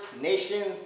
nations